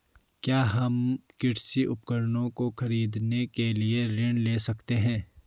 क्या हम कृषि उपकरणों को खरीदने के लिए ऋण ले सकते हैं?